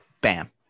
bam